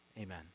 amen